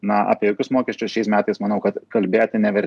na apie jokius mokesčius šiais metais manau kad kalbėti never